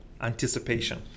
anticipation